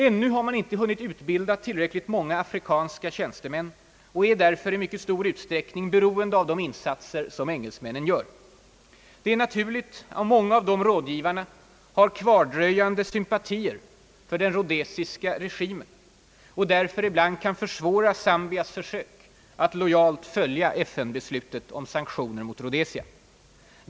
Ännu har man inte hunnit utbilda tillräckligt många afrikanska tjänstemän och därför är man i mycket stor utsträckning beroende av de insatser som engelsmännen gör. Det är naturligt att många av dessa rådgivare har kvardröjande sympatier för den rhodesiska regimen och därför ibland kan försvåra Zambias försök att lojalt följa FN-beslutet om sanktioner mot Rhodesia.